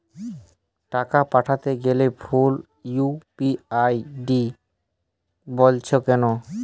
টাকা পাঠাতে গেলে ভুল ইউ.পি.আই আই.ডি বলছে কেনো?